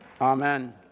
Amen